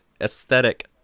aesthetic